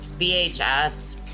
VHS